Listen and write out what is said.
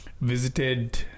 visited